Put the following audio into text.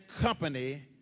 company